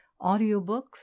audiobooks